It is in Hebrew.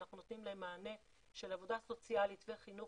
אנחנו נותנים להם מענה של עבודה סוציאלית וחינוך,